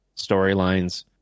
storylines